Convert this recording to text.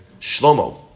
Shlomo